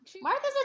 Martha's